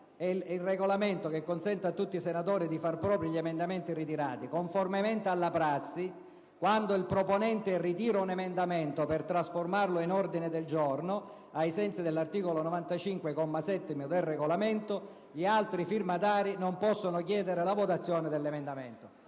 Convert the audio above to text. il Regolamento che consente a tutti i senatori di far propri gli emendamenti ritirati. Conformemente alla prassi, quando il proponente ritira un emendamento per trasformarlo in ordine del giorno, ai sensi dell'articolo 95, comma 7, del Regolamento, gli altri firmatari non possono chiederne la votazione. *(Commenti